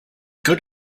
good